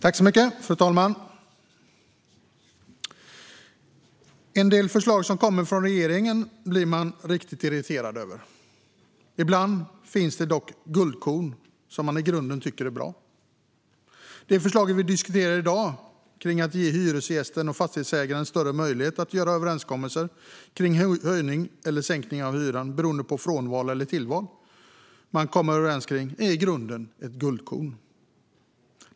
Fru talman! En del förslag från regeringen blir man riktigt irriterad över, men ibland finns det guldkorn som man i grunden tycker är bra. Det förslag vi diskuterar nu, att ge hyresgästen och fastighetsägaren större möjlighet att göra överenskommelser kring höjning eller sänkning av hyran beroende på frånval eller tillval, är i grunden ett guldkorn.